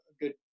good